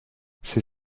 ses